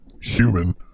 human